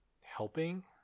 helping